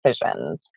Decisions